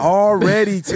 already